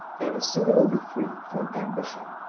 and singularly free from ambition.